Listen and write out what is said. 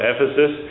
Ephesus